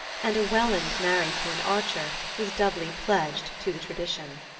and a welland married to an archer was doubly pledged to the tradition.